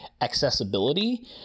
accessibility